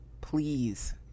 Please